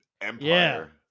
Empire